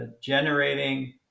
generating